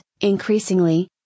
increasingly